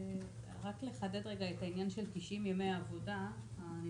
רק לחדד רגע את העניין של 90 ימי העבודה הנדרשים.